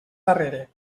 darrere